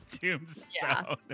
Tombstone